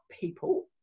people